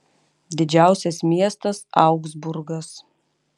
didžiausias miestas augsburgas